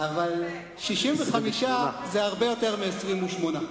אבל 65 זה הרבה יותר מ-28.